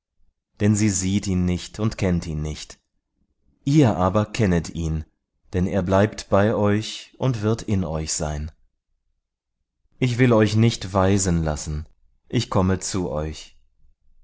denn sie sieht ihn nicht und kennt ihn nicht ihr aber kennet ihn denn er bleibt bei euch und wird in euch sein ich will euch nicht waisen lassen ich komme zu euch